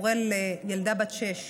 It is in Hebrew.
הורה לילדה בת שש,